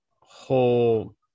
whole